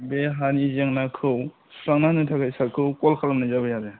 बे हानि जेंनाखौ सुस्रांना होनो थाखाय सारखौ कल खालामनाय जाबाय आरो